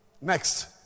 Next